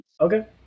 okay